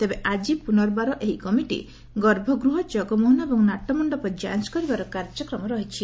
ତେବେ ଆଜି ପୁନର୍ବାର ଏହି କମିଟି ଗର୍ଭଗୃହ ଜଗମୋହନ ଏବଂ ନାଟମଣ୍ଡପ ଯାଞ କରିବାର କାର୍ଯ୍ୟକ୍ରମ ରହିଛି